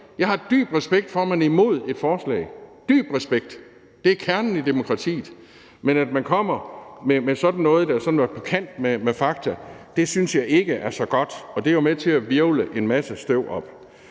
Jeg har dyb respekt for, at man er imod et forslag – dyb respekt, det er kernen i et demokrati. Men at man kommer med sådan noget, der sådan er på kant med fakta, synes jeg ikke er så godt, og det er jo med til at hvirvle en masse støv op.